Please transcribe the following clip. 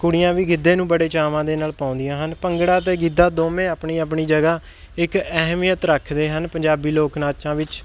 ਕੁੜੀਆਂ ਵੀ ਗਿੱਧੇ ਨੂੰ ਬੜੇ ਚਾਵਾਂ ਦੇ ਨਾਲ ਪਾਉਂਦੀਆਂ ਹਨ ਭੰਗੜਾ ਅਤੇ ਗਿੱਧਾ ਦੋਵੇਂ ਆਪਣੀ ਆਪਣੀ ਜਗ੍ਹਾ ਇੱਕ ਅਹਿਮੀਅਤ ਰੱਖਦੇ ਹਨ ਪੰਜਾਬੀ ਲੋਕ ਨਾਚਾਂ ਵਿੱਚ